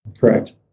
Correct